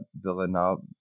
Villanova